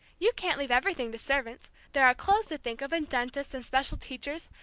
you can't leave everything to servants there are clothes to think of, and dentists, and special teachers,